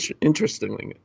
interestingly